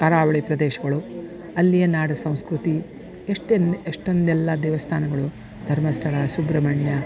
ಕರಾವಳಿ ಪ್ರದೇಶಗಳು ಅಲ್ಲಿಯ ನಾಡು ಸಂಸ್ಕೃತಿ ಎಷ್ಟೋಂದ್ ಎಷ್ಟೋಂದೆಲ್ಲಾ ದೇವಸ್ಥಾನಗಳು ಧರ್ಮಸ್ಥಳ ಸುಬ್ರಹ್ಮಣ್ಯ